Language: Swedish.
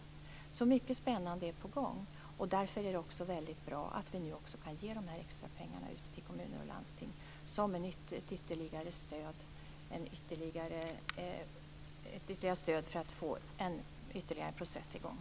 Mycket som är spännande är alltså på gång. Därför är det väldigt bra att vi nu kan ge de här extrapengarna till kommuner och landsting som ett ytterligare stöd för att få ytterligare en process i gång.